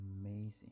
amazing